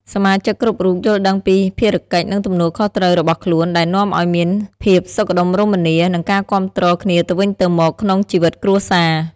សមាជិកគ្រប់រូបយល់ដឹងពីភារកិច្ច និងទំនួលខុសត្រូវរបស់ខ្លួន ដែលនាំឲ្យមានភាពសុខដុមរមនា និងការគាំទ្រគ្នាទៅវិញទៅមកក្នុងជីវិតគ្រួសារ។